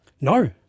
No